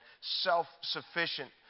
self-sufficient